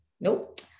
nope